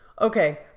Okay